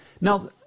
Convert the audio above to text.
Now